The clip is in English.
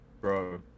bro